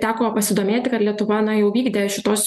teko pasidomėti kad lietuva na jau vykdė šitos